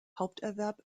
haupterwerb